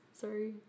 Sorry